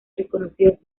reconocidas